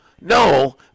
No